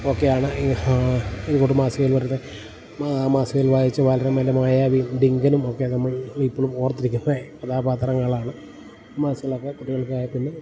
ഒക്കെയാണ് ഈ ഒരുകൂട്ടം മാസികകൾ വരുന്നത് മാസികകൾ വായിച്ച് ബാലരമയിലെ മായാവിയും ഡിങ്കനും ഒക്കെ നമ്മൾ ഇപ്പളും ഓർത്തിരിക്കുന്ന കഥാപാത്രങ്ങളാണ് മാസികകളൊക്കെ കുട്ടികൾക്കായി പിന്നെ